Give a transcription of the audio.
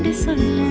and sudden